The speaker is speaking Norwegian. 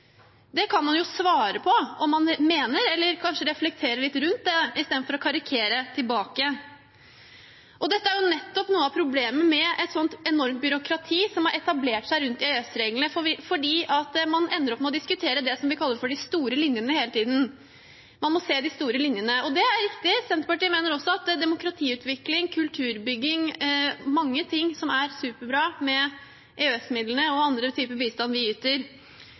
å karikere tilbake. Dette er nettopp noe av problemet med et sånt enormt byråkrati som har etablert seg rundt EØS-reglene. Man ender opp med å diskutere det vi kaller for de store linjene, hele tiden. Man må se de store linjene – det er riktig, og Senterpartiet mener også at demokratiutvikling, kulturbygging, ja. mange ting, og annen bistand vi yter med EØS-midlene, er superbra. Alle disse prosjektene ligger også offentlig ute. Hvem som helst kan gå inn og